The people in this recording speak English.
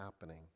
happening